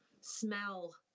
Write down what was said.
smell